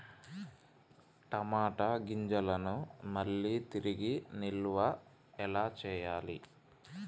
టమాట గింజలను మళ్ళీ తిరిగి నిల్వ ఎలా చేయాలి?